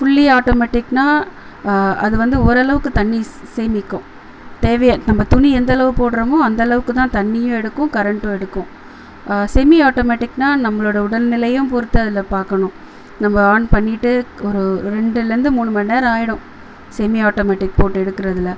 fully ஆட்டோமேட்டிக்னால் அது வந்து ஓரளவுக்கும் தண்ணி சே சேமிக்கும் தேவையே நம்ம துணி எந்தளவு போடுறோமோ அந்தளவுக்கும் தான் தண்ணியும் எடுக்கும் கரண்ட்டும் எடுக்கும் செமி ஆட்டோமேட்டிக்னால் நம்மளோடய உடல் நிலையும் பொறுத்து அதில் பார்க்கணும் நம்ம ஆன் பண்ணிட்டு ஒரு ரெண்டுலேருந்து மூணு மணி நேரம் ஆகிடும் செமி ஆட்டோமேட்டிக் போட்டு எடுக்கறதில்